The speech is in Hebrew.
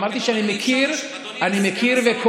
אמרתי שאני מכיר וכואב.